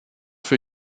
für